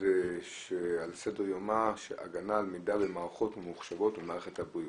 שעל סדר יומה: הגנה על מידע במערכות ממוחשבות במערכת הבריאות.